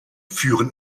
führen